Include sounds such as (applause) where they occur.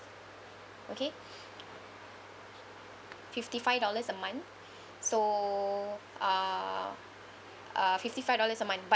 okay (breath) fifty-five dollars a month so uh uh fifty-five dollars a month but